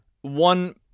One